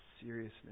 seriousness